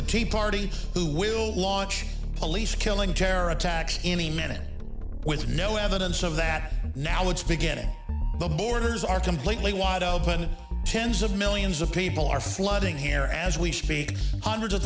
the tea party who will launch police killing terror attacks any minute with no evidence of that now it's beginning the borders are completely wide open tens of millions of people are flooding here as we speak hundreds of